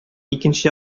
икенче